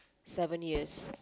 seven years